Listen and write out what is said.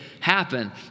happen